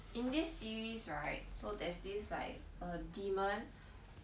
in this series right so there's this like a demon